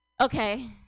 Okay